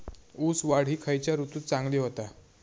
ऊस वाढ ही खयच्या ऋतूत चांगली होता?